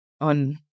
on